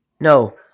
No